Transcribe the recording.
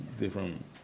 different